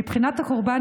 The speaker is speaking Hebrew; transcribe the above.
מבחינת הקורבן,